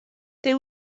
they